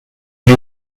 wie